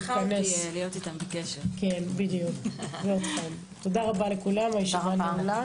תודה רבה, הישיבה נעולה.